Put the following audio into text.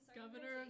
governor